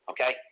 Okay